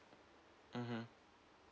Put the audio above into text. mmhmm